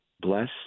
bless